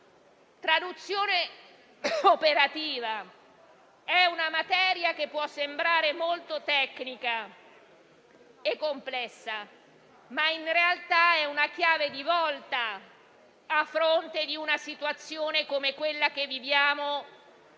alla traduzione operativa. È una materia che può sembrare molto tecnica e complessa, ma in realtà è una chiave di volta a fronte di una situazione come quella che viviamo,